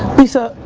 lisa,